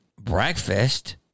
breakfast